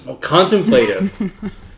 contemplative